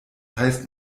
heißt